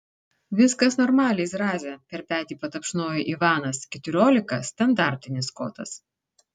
viskas normaliai zraze per petį patapšnojo ivanas keturiolika standartinis kotas